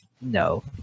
No